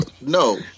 no